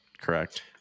correct